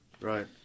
Right